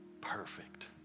perfect